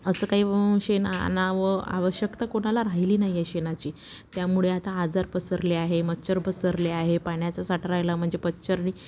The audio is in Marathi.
असं काही शेण आणावं आवश्यकता कोणाला राहिली नाहीये शेणाची त्यामुळे आता आजार पसरले आहे मच्छर पसरले आहे पाण्याचा साठा राहिला म्हणजे मच्छरने